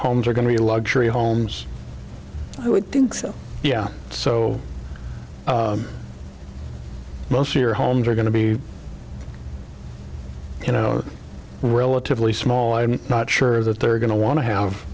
homes are going to be luxury homes i would think so yeah so most of your homes are going to be you know relatively small i'm not sure that they're going to want to have